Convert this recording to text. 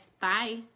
Bye